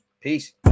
Peace